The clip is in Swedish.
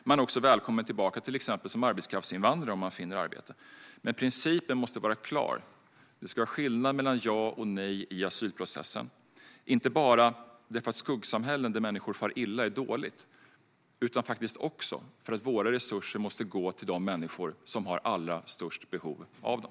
Man är även välkommen tillbaka som till exempel arbetskraftsinvandrare om man finner arbete. Principen måste dock vara klar. Det ska vara skillnad mellan ja och nej i asylprocessen, inte bara för att skuggsamhällen där människor far illa är dåligt utan faktiskt också för att våra resurser måste gå till de människor som har allra störst behov av dem.